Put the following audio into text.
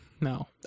No